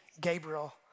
Gabriel